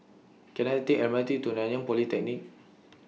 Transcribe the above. Can I Take M R T to Nanyang Polytechnic